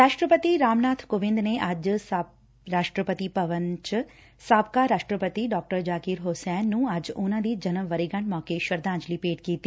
ਰਾਸ਼ਟਰਪਤੀ ਰਾਮਨਾਬ ਕੋਵਿੰਦ ਨੇ ਅੱਜ ਰਾਸ਼ਟਰਪਤੀ ਭਵਨ ਚ ਸਾਬਕਾ ਰਾਸ਼ਟਰਪਤੀ ਡਾ ਜਾਕਿਰ ਹੁਸੈਨ ਨੂੰ ਅੱਜ ਉਨੂਾ ਦੀ ਜਨਮ ਵਰੇਗੰਢ ਮੌਕੇ ਸ਼ਰਧਾਂਜਲੀ ਭੇਟ ਕੀਡੀ